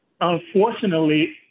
unfortunately